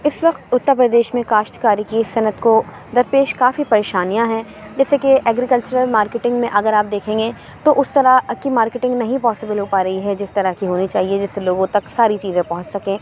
اِس وقت اُترپردیش میں کاشتکاری کی صنعت کو درپیش کافی پریشانیاں ہیں جیسے کہ ایگریکلچرل مارکیٹنگ میں اگر آپ دیکھیں گے تو اُس طرح کی مارکیٹنگ نہیں پاسبل ہو پا رہی ہے جس طرح کی ہونی چاہیے جس سے لوگوں تک ساری چیزیں پہنچ سکیں